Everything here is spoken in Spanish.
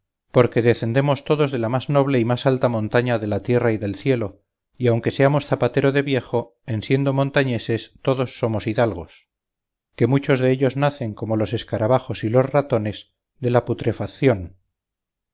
porque decendemos todos de la más noble y más alta montaña de la tierra y del cielo y aunque seamos zapatero de viejo en siendo montañeses todos somos hidalgos que muchos dellos nacen como los escarabajos y los ratones de la putrefacción